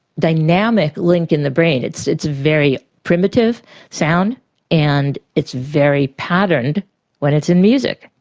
dynamic link in the brain, it's it's very primitive sound and it's very patterned when it's in music,